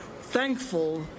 thankful